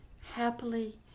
happily